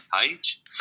page